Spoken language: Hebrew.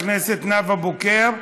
חברת הכנסת נאוה בוקר,